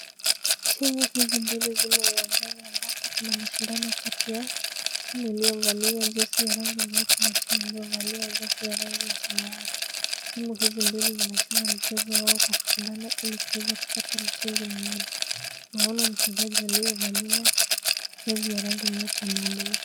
Timu hizi mbili zimo uwanjani ambako kuna mashindano kati ya timu iliyovalia jezi ya rangi nyeupe na timu iliyovalia jezi ya rangi ya samawati. Timu hizi mbili zinacheza mchezo wao wa kushindana ili kuweza kupata mshindi ni nani. Tunaona mchezaji aliyevalia jezi ya rangi nyeupe ameumiliki.